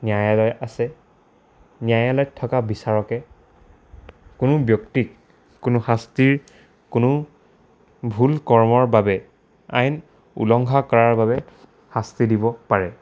ন্যায়ালয় আছে ন্যায়ালয়ত থকা বিচাৰকে কোনো ব্যক্তিক কোনো শাস্তিৰ কোনো ভুল কৰ্মৰ বাবে আইন উলংঘা কৰাৰ বাবে শাস্তি দিব পাৰে